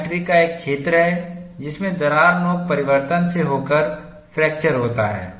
यह मैट्रिक का एक क्षेत्र है जिसमें दरार नोक परिवर्तन से होकर फ्रैक्चर होता है